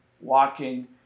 walking